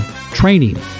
training